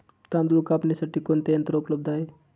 तांदूळ कापण्यासाठी कोणते यंत्र उपलब्ध आहे?